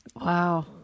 wow